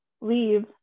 leave